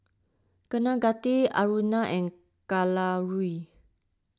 Kaneganti Aruna and Kalluri